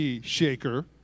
Shaker